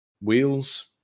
wheels